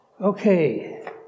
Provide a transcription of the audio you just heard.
Okay